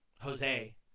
Jose